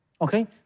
Okay